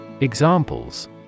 Examples